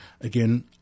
again